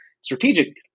strategic